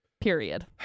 period